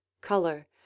Color